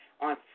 on